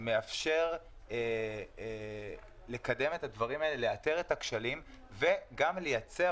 שמאפשר לקדם את הדברים האלה ולאתר את הכשלים וגם לייצר